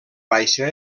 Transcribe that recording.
baixa